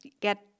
get